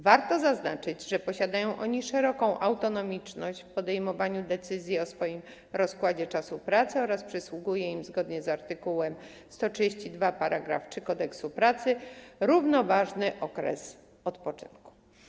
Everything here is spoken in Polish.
Warto zaznaczyć, że posiadają oni szeroką autonomiczność w podejmowaniu decyzji o swoim rozkładzie czasu pracy oraz przysługuje im zgodnie z art. 132 § 3 Kodeksu pracy równoważny okres odpoczynku.